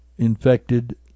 infected